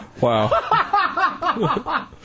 Wow